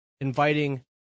inviting